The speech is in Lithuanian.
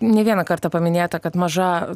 ne vieną kartą paminėta kad maža